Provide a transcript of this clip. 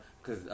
Cause